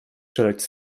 czeladź